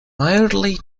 mildly